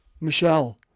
Michelle